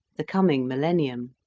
the coming millennium.